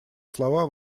слова